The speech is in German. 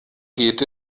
geht